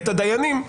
את הדיינים,